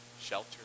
shelter